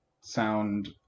sound